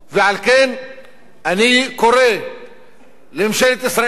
ועל כן אני קורא לממשלת ישראל,